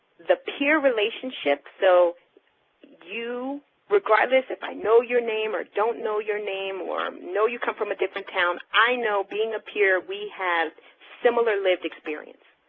the peer relationship, so you regardless if i know your name or don't know your name or know you come from a different town, i know being a peer we have similar lived experiences.